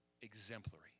exemplary